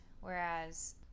whereas